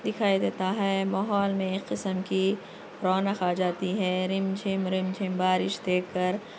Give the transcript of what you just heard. دکھائی دیتا ہے ماحول میں ایک قسم کی رونق آ جاتی ہے رِم جِھم رِم جِھم بارش دیکھ کر